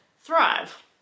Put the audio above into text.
thrive